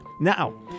Now